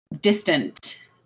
distant